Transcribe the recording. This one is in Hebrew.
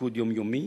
לתפקוד יומיומי.